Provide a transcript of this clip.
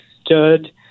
stood